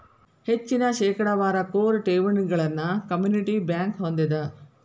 ಹೆಚ್ಚಿನ ಶೇಕಡಾವಾರ ಕೋರ್ ಠೇವಣಿಗಳನ್ನ ಕಮ್ಯುನಿಟಿ ಬ್ಯಂಕ್ ಹೊಂದೆದ